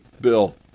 Bill